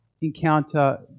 encounter